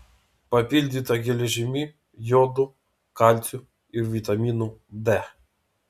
papildyta geležimi jodu kalciu ir vitaminu d